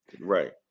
right